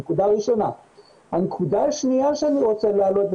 הנקודה השנייה שאני רוצה להעלות זה